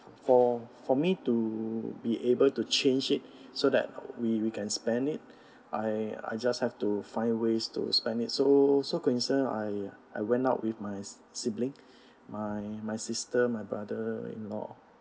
for for me to be able to change it so that we can spend it I I just have to find ways to spend it so so coincident I I went out with my sibling my my sister my brother in law